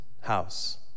house